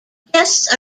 guests